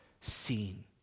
seen